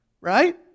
Right